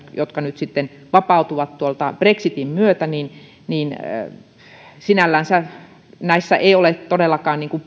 jotka nyt sitten vapautuvat tuolta brexitin myötä ei sinällänsä ole todellakaan